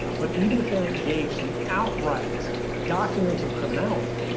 but even if they're engaged in outright documented criminality,